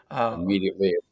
immediately